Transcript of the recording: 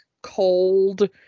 cold